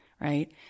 right